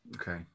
Okay